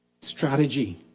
strategy